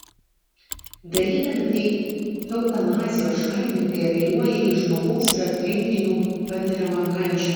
darydami tai eutanazijos šalininkai apeliuoja į žmogaus ir aplinkinių patiriamą kančią